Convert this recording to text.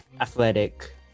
Athletic